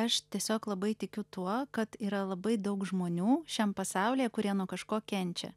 aš tiesiog labai tikiu tuo kad yra labai daug žmonių šiam pasaulyje kurie nuo kažko kenčia